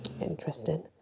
Interesting